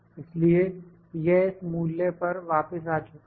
इसलिए यह इस मूल्य पर वापस आ चुका है